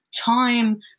time